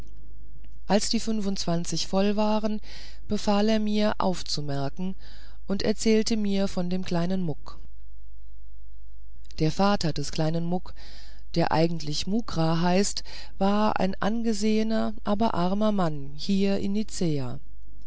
als die fünfundzwanzig voll waren befahl er mir aufzumerken und erzählte mir von dem kleinen muck der vater des kleinen muck der eigentlich mukrah heißt war ein angesehener aber armer mann hier